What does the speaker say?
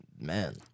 Man